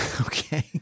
Okay